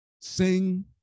sing